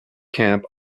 camp